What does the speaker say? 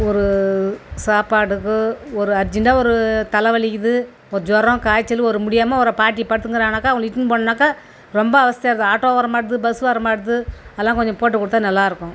ஒரு சாப்பாடுக்கு ஒரு அர்ஜண்டாக ஒரு தலை வலிக்கிறது ஒரு ஜொரம் காய்ச்சல் ஒரு முடியாமல் ஒரு பாட்டி படுத்துருக்காங்கன்னாக்க அவங்கள இட்டுன்னு போகணுன்னாக்கா ரொம்ப அவஸ்தையா இருக்குது ஆட்டோவும் வரமாட்டேது பஸ்ஸு வரமாட்டேது அதலாம் கொஞ்சம் போட்டு கொடுத்தா நல்லா இருக்கும்